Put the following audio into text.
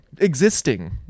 existing